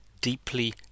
deeply